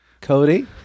Cody